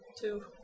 Two